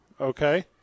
Okay